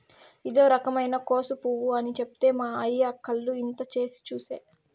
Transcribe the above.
ఇదో రకమైన కోసు పువ్వు అని చెప్తే మా అయ్య కళ్ళు ఇంత చేసి చూసే